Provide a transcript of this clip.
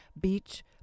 Beach